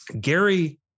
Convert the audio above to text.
Gary